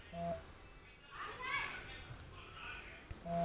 भैंस के बच्चा पैदा के बाद थन से पियूष कितना देर बाद निकले के बा?